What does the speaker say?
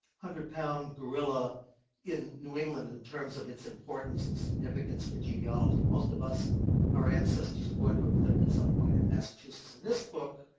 hundred-pound gorilla in new england in terms of its importance and significance for genealogy. most of our our ancestors are going to have lived at some point in massachusetts. and this book,